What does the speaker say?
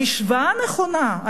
המשוואה הנכונה,